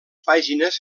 pàgines